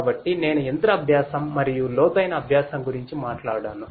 కాబట్టి నేను యంత్ర అభ్యాసం మరియు లోతైన అభ్యాసం గురించి మాట్లాడాను